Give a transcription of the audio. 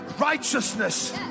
righteousness